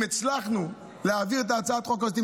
אם הצלחנו להעביר את הצעת החוק הזאת,